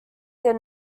did